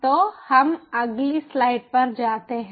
तो हम अगली स्लाइड पर जाते हैं